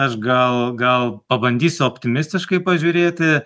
aš gal gal pabandysiu optimistiškai pažiūrėti